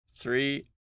Three